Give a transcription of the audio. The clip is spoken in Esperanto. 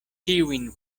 tiujn